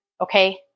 okay